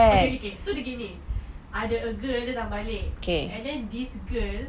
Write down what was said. okay okay okay so dia gini ada a girl dia dah balik and then this girl